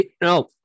no